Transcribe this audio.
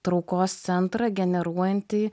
traukos centrą generuojantį